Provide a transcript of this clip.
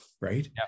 Right